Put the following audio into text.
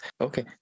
Okay